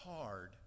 hard